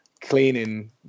cleaning